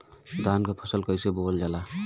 धान क फसल कईसे बोवल जाला?